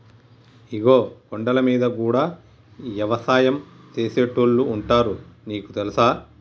ఇగో కొండలమీద గూడా యవసాయం సేసేటోళ్లు ఉంటారు నీకు తెలుసా